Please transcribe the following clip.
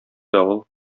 давыл